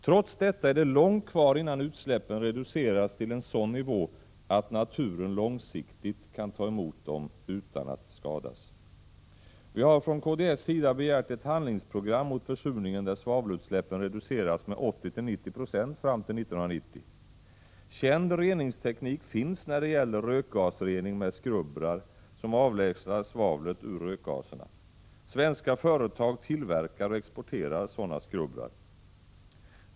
Trots detta är det långt kvar innan utsläppen reducerats till en sådan nivå att naturen långsiktigt kan ta emot dem utan att skadas. Vi har från kds sida begärt ett handlingsprogram mot försurningen, där svavelutsläppen reduceras med 80 till 90 26 fram till 1990. Känd reningsteknik finns när det gäller rökgasrening med skrubbrar som avlägsnar svavlet ur rökgaserna. Svenska företag tillverkar och exporterar sådana skrubbrar.